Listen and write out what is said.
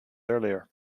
earlier